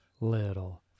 little